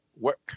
work